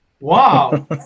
Wow